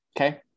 okay